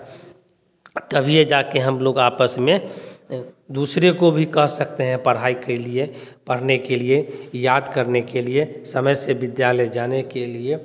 तभीए जा के हम लोग आपस में दुसरे को भी कह सकते हैं पढ़ाई के लिए पढ़ने के लिए याद करने के लिए समय से विद्यालय जाने के लिए